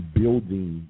building